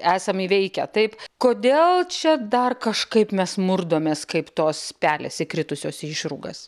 esam įveikę taip kodėl čia dar kažkaip mes murkdomės kaip tos pelės įkritusios į išrūgas